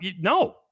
No